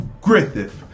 Griffith